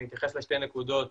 אני אתייחס לשתי הנקודות